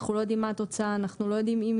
אנחנו לא יודעים מה התוצאה,